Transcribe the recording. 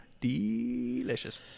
Delicious